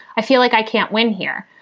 i feel like i can't win here.